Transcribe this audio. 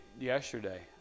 yesterday